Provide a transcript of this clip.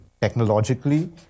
technologically